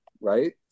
right